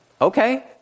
okay